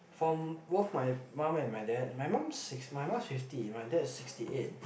from both my mum and my dad my mum six my mum fifty my dad is sixty eight